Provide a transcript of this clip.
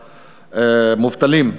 מהמובטלים.